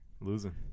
Losing